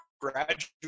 graduate